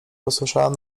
posłyszałem